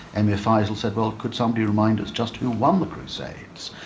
emir faisal said well could somebody remind us just who won the crusades?